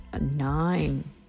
nine